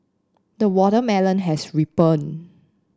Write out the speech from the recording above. the watermelon has ripened